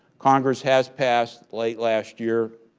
congress has passed, late last year,